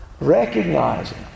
recognizing